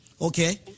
okay